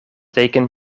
taken